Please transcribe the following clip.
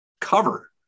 cover